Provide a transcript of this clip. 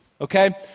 Okay